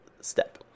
step